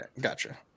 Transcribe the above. gotcha